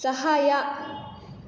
ಸಹಾಯ